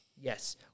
Yes